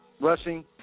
rushing